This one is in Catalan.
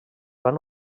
van